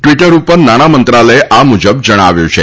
Twitter ઉપર નાણાં મંત્રાલયે આ મુજબ જણાવ્યું છે